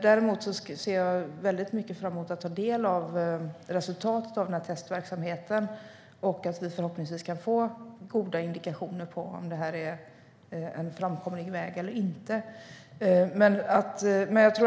Däremot ser jag mycket fram emot att ta del av resultatet av testverksamheten och indikationer på om det här är en framkomlig väg eller inte.